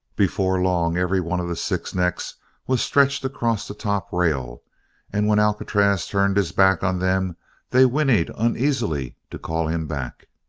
before long every one of the six necks was stretched across the top-rail and when alcatraz turned his back on them they whinnied uneasily to call him back.